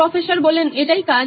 professor এটাই কাজ